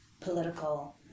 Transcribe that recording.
political